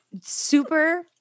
super